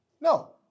No